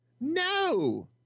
No